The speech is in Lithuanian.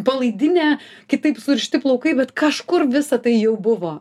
palaidinę kitaip surišti plaukai bet kažkur visa tai jau buvo